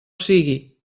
sigui